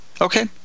Okay